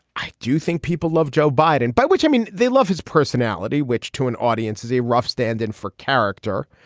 i do think people love joe biden. by which i mean they love his personality, which to an audience is a rough standard for character.